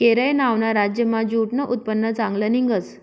केरय नावना राज्यमा ज्यूटनं उत्पन्न चांगलं निंघस